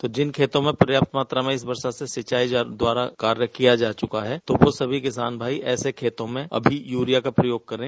तो जिन खेतों में पर्याप्त मात्रा में इस बरसात से सिंचाई द्वारा कार्य किया जा चुका है तो वह सभी किसान भाई ऐसे खेतों में अभी यूरिया का प्रयोग करें